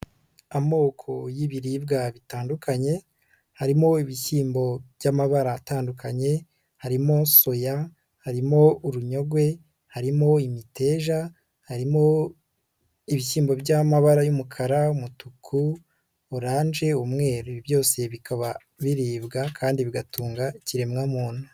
Amoko y'ibiribwa bitandukanye harimo ibishyimbo by'amabara atandukanye, harimo soya, harimo urunyogwe, harimo imiteja, harimo ibishyimbo by'amabara y'umukara, mutuku, oranje, umweru, ibi byose bikaba biribwa kandi bigatunga ikiremwamuntu.